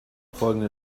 folgende